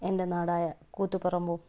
എൻ്റെ നാടായ കൂത്തുപറമ്പും